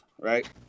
right